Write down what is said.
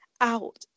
out